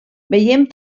veiem